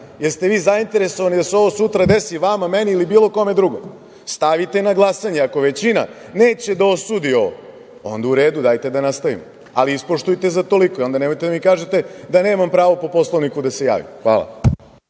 ste vi zainteresovani da se ovo sutra desi vama, meni ili bilo kome drugom? Stavite na glasanje ako većina neće da osudi ovo, onda u redu, dajte da nastavimo, ali ispoštujte za toliko i onda nemojte da mi kažete da nemam pravo po Poslovniku da se javim. Hvala.